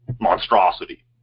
monstrosity